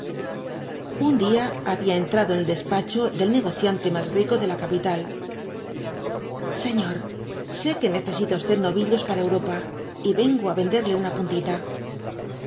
un día había entrado en el despacho del negociante más rico de la capital señor sé que necesita usted novillos para enropa y vengo á venderle una puntit